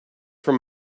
from